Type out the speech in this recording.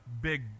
big